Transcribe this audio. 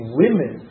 women